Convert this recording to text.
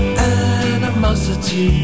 animosity